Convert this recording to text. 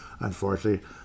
unfortunately